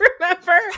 Remember